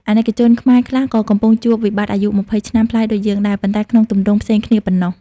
អាណិកជនខ្មែរខ្លះក៏កំពុងជួប "វិបត្តិអាយុ២០ឆ្នាំប្លាយ" ដូចយើងដែរ ប៉ុន្តែក្នុងទម្រង់ផ្សេងគ្នាប៉ុណ្ណោះ។